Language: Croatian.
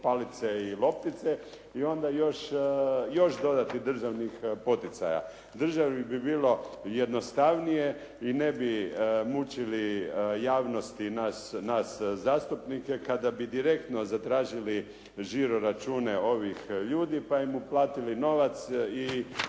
palice i loptice i onda još dodati državnih poticaja. Državi bi bilo jednostavnije i ne bi mučili javnost i nas zastupnike kada bi direktno zatražili žiroračune ovih ljudi, pa im uplatili novac,